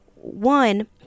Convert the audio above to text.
one